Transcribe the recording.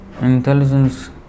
intelligence